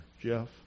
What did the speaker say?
Jeff